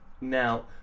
Now